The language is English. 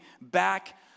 back